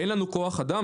אין לנו כוח אדם?